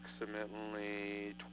approximately